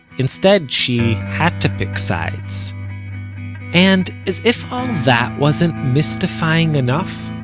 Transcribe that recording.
instead, she had to pick sides and as if all that wasn't mystifying enough,